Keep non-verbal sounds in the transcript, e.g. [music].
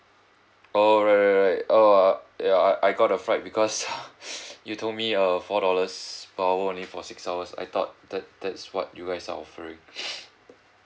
oh right right right oh uh ya I I got a fright because [laughs] you told me uh four dollars per hour only for six hours I thought that that is what you guys are offering [breath]